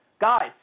Guys